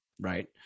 right